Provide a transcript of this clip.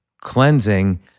cleansing